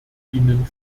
ihnen